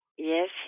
Yes